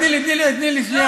תני לי, תני לי, תני לי שנייה.